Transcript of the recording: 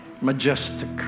majestic